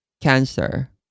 cancer